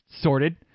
sorted